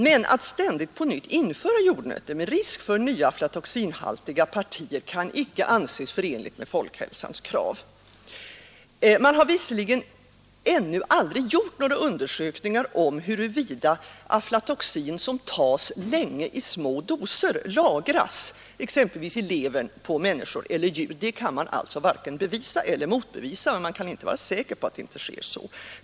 Men att ständigt på nytt införa jordnötter med risk för nya aflatoxinhaltiga partier kan inte anses förenligt med folkhälsans krav. Man har visserligen ännu aldrig gjort några undersökningar om huruvida aflatoxin, taget länge i små doser, lagras exempelvis i levern på människor eller djur. Det kan man alltså varken bevisa eller motbevisa, men man kan inte vara säker på att så inte sker.